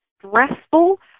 stressful